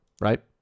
Right